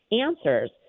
answers